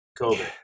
COVID